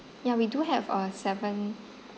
ya we do have a seven